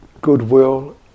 goodwill